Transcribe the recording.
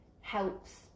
helps